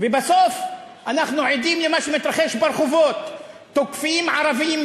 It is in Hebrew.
ובסוף אנחנו עדים למה שמתרחש ברחובות: תוקפים ערבים,